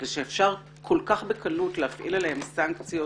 ושאפשר כל כך בקלות להפעיל עליהם סנקציות,